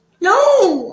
No